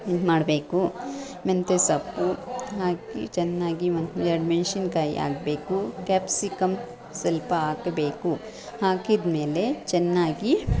ಇದು ಮಾಡಬೇಕು ಮೆಂತ್ಯೆ ಸೊಪ್ಪು ಹಾಕಿ ಚೆನ್ನಾಗಿ ಒಂದು ಎರಡು ಮೆಣಸಿನಕಾಯಿ ಹಾಕಬೇಕು ಕ್ಯಾಪ್ಸಿಕಂ ಸ್ವಲ್ಪ ಹಾಕಬೇಕು ಹಾಕಿದಮೇಲೆ ಚೆನ್ನಾಗಿ